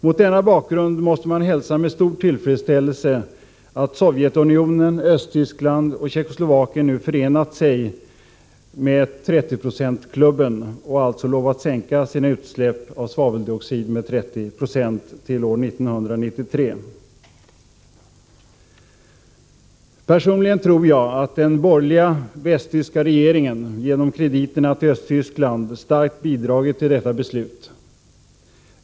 Mot denna bakgrund måste man hälsa med stor tillfredsställelse att Sovjetunionen, Östtyskland och Tjeckoslovakien nu förenat sig med trettioprocentsklubben och alltså lovat att sänka sina utsläpp av svaveldioxid med 30 9 till år 1993. Personligen tror jag att den borgerliga västtyska regeringen genom krediterna till Östtyskland starkt bidragit till detta beslut.